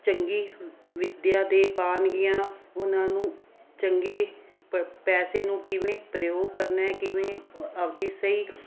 ਚੰਗੀ ਵਿੱਦਿਆ ਦੇ ਪਾਉਣਗੀਆਂ ਉਹਨਾਂ ਨੂੰ ਚੰਗੇ ਪ ਪੈਸੇ ਨੂੰ ਕਿਵੇਂ ਪ੍ਰਯੋਗ ਕਰਨਾ ਕਿਵੇਂ ਆਪਣੀ ਸਹੀ